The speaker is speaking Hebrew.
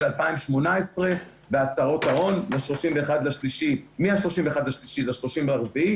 2018 והצהרות ההון מ-31 במרץ ל-30 באפריל.